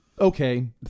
Okay